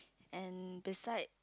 and beside